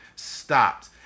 stopped